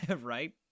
Right